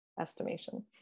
estimation